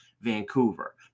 Vancouver